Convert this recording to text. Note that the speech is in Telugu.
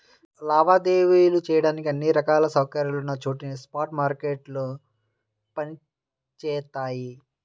లావాదేవీలు చెయ్యడానికి అన్ని రకాల సౌకర్యాలున్న చోటనే స్పాట్ మార్కెట్లు పనిచేత్తయ్యి